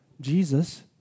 Jesus